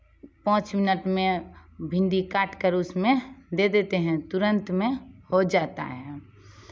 पाँच मिनट में भिंडी काट कर उसमें दे देते हैं तुरंत में हो जाता है